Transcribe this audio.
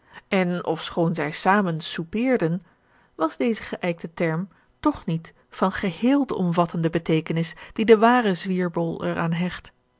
en ofschoon zij zamen soupeerden was deze geëikte term toch niet van geheel de omvattende beteekenis die de ware zwierbol er aan hecht